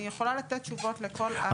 אני יכולה לתת תשובות לכל הדברים שעלו פה.